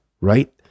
right